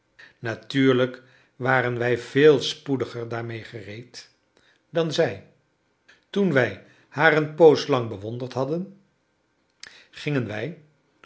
natuurlijk waren wij veel spoediger daarmede gereed dan zij toen wij haar een poos lang bewonderd hadden gingen wij